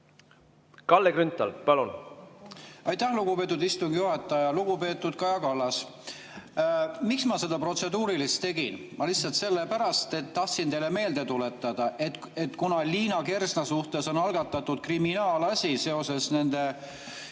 Kalle Grünthal, palun!